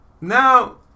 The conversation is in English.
Now